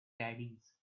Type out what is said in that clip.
caddies